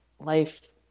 life